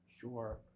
Sure